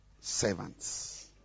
servants